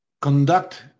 conduct